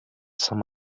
some